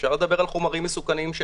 אפשר לדבר על חומרים מסוכנים,